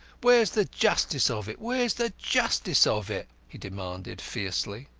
where's the justice of it, where's the justice of it? he demanded fiercely.